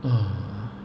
ugh